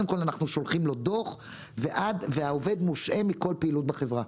אנחנו שולחים לו קודם כל דוח והעובד מושעה מכל פעילות בחברה.